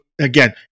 again